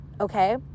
okay